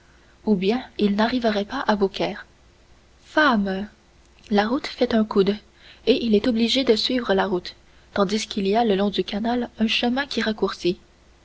ou bien il n'arriverait pas à beaucaire femme la route fait un coude et il est obligé de suivre la route tandis qu'il y a le long du canal un chemin qui raccourcit